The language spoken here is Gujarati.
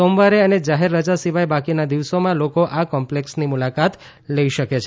સોમવારે અને જાહેર રજા સિવાય બાકીના દિવસોમાં લોકો આ કોમ્પેલક્ષની મુલાકાત લઈ શકે છે